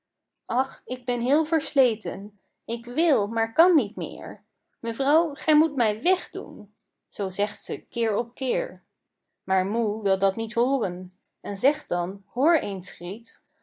ach ik ben heel versleten ik wil maar kan niet meer mevrouw gij moet mij wegdoen zoo zegt ze keer op keer maar moe wil dat niet hooren en zegt dan hoor eens